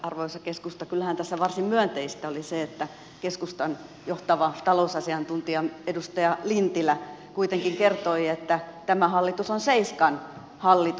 arvoisa keskusta kyllähän tässä varsin myönteistä oli se että keskustan johtava talousasiantuntija edustaja lintilä kuitenkin kertoi että tämä hallitus on seiskan hallitus